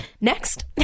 Next